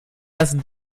erst